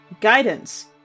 Guidance